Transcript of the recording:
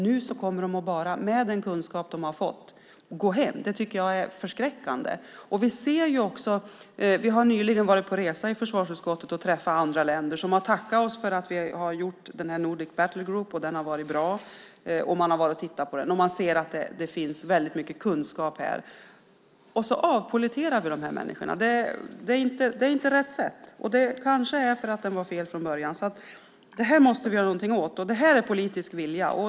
Nu kommer de med den kunskap de har fått att gå hem. Det är förskräckande. Vi har nyligen varit på resa med försvarsutskottet i andra länder. De har tackat oss för att vi har haft Nordic Battlegroup. Den har varit bra. Man har tittat på den och ser att det finns väldigt mycket kunskap där, och sedan avpolletterar vi dessa människor. Det är inte rätt sätt. Det kanske beror på att den var fel från början. Det måste vi göra någonting åt. Det handlar om politisk vilja.